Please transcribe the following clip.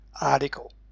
article